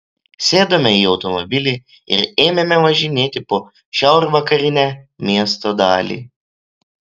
sėdome į automobilį ir ėmėme važinėti po šiaurvakarinę miesto dalį